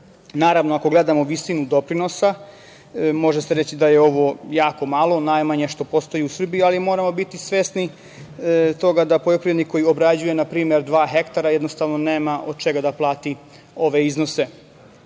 Naravno, ako gledamo visinu doprinosa, može se reći da je ovo jako malo, najmanje što postoji u Srbiji, ali moramo biti svesni toga da poljoprivrednik koji obrađuje, na primer, dva hektara, jednostavno nema od čega da plati ove iznose. Moram